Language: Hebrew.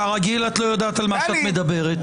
כרגיל, את לא יודעת על מה שאת מדברת.